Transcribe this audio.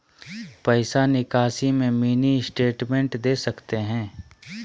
पैसा निकासी में मिनी स्टेटमेंट दे सकते हैं?